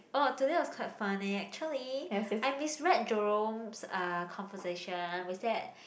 oh today was quite funny actually I misread Jerome's uh conversation was that